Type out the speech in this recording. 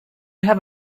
have